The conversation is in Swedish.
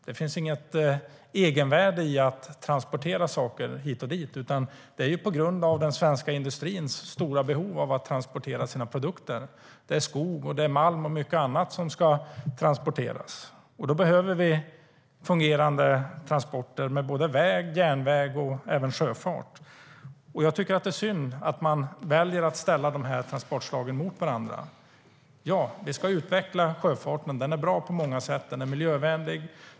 Det finns inget egenvärde i att transportera saker hit och dit, utan det handlar om den svenska industrins stora behov av att transportera sina produkter. Skog, malm och mycket annat ska transporteras. Då behöver vi fungerande transporter på både väg och järnväg och med sjöfart. Det är synd att ni väljer att ställa dessa transportslag mot varandra. Ja, vi ska utveckla sjöfarten. Den är bra på många sätt och miljövänlig.